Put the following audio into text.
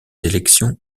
élections